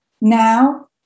now